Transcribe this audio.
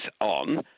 on